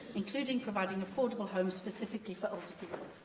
including providing affordable homes specifically for older people.